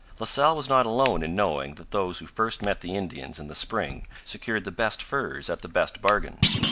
la salle was not alone in knowing that those who first met the indians in the spring secured the best furs at the best bargains.